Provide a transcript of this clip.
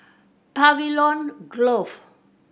Pavilion Grove